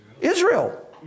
Israel